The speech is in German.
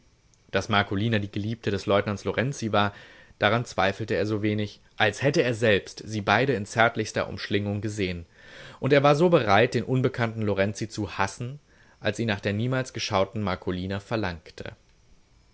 daß marcolina die geliebte des leutnants lorenzi war daran zweifelte er so wenig als hätte er selbst sie beide in zärtlichster umschlingung gesehn und er war so bereit den unbekannten lorenzi zu hassen als ihn nach der niemals geschauten marcolina verlangte